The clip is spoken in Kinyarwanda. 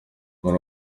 muri